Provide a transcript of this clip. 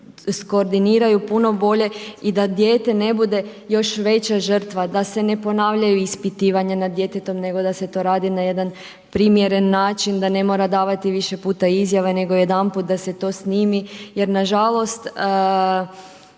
da se iskordiniraju puno bolje i da dijete ne bude još veća žrtva, da se ne ponavljaju ispitivanja nad djetetom, nego da se to radi na jedan primjeren način, da ne mora davati više puta izjave, nego jedanput da se to snimi jer nažalost